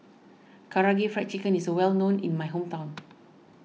Karaage Fried Chicken is well known in my hometown